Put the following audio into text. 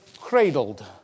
cradled